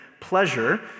pleasure